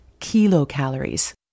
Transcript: kilocalories